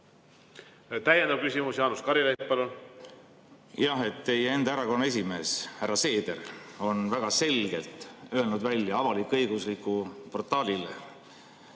Täiendav küsimus, Jaanus Karilaid, palun! Jah. Teie enda erakonna esimees härra Seeder on väga selgelt öelnud välja avalik-õiguslikule portaalile,